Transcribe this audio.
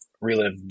relive